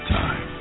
time